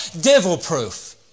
devil-proof